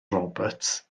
roberts